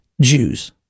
Jews